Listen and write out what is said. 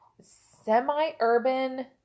semi-urban